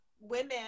women